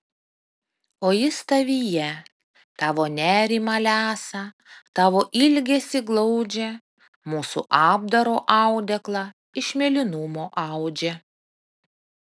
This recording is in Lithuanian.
o jis tavyje tavo nerimą lesa tavo ilgesį glaudžia mūsų apdaro audeklą iš mėlynumo audžia